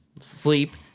sleep